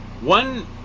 One